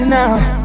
now